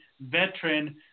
veteran